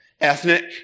ethnic